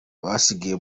abasigaye